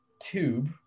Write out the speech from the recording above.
tube